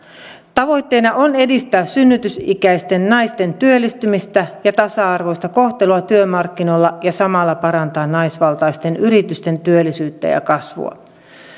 tavoitteena on edistää synnytysikäisten naisten työllistymistä ja tasa arvoista kohtelua työmarkkinoilla ja samalla parantaa naisvaltaisten yritysten työllisyyttä ja ja kasvua